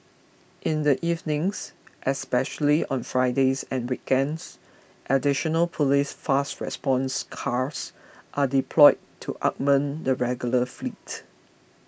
in the evenings especially on Fridays and weekends additional police fast response cars are deployed to augment the regular fleet